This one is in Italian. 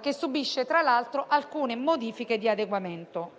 che subisce, tra l'altro, alcune modifiche di adeguamento.